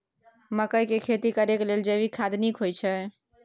मकई के खेती करेक लेल जैविक खाद नीक होयछै?